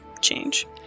change